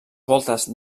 voltes